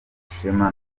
ishema